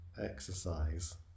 exercise